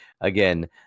again